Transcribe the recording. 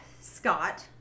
scott